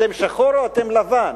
אתם שחור או אתם לבן?